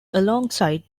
alongside